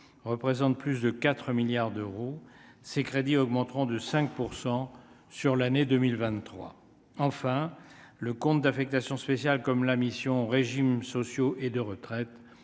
représente plus de 4 milliards d'euros ses crédits augmenteront de 5 % sur l'année 2023 enfin le compte d'affectation spéciale comme la mission régimes sociaux et de retraite